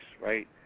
right